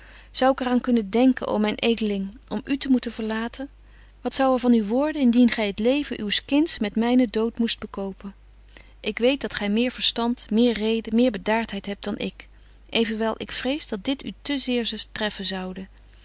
zou ik er aan kunnen denken o myn edeling om u te moeten verlaten wat zou er van u worden indien gy het leven uws kinds met mynen dood moest kopen ik weet dat gy meer verstand meer reden meer bedaartheid hebt dan ik evenwel ik vrees dat dit u te zeer treffen zoude